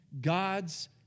God's